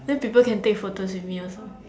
then people can take photos with me also